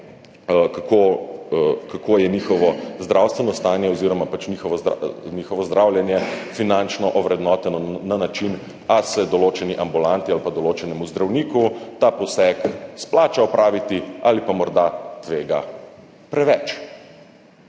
kako je njihovo zdravstveno stanje oziroma njihovo zdravljenje finančno ovrednoteno na način, ali se določeni ambulanti ali pa določenemu zdravniku ta poseg splača opraviti ali pa morda tvega preveč.